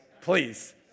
please